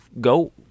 go